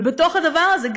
ובתוך הדבר הזה,